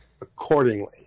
accordingly